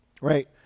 right